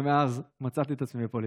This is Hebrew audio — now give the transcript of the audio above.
ומאז מצאתי את עצמי בפוליטיקה.